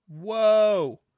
whoa